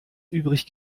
übrig